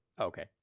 Okay